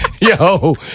Yo